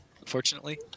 unfortunately